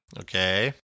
Okay